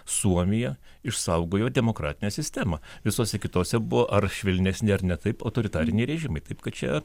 suomija išsaugojo demokratinę sistemą visose kitose buvo ar švelnesni ar ne taip autoritariniai režimai taip kad čia